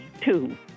two